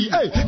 Hey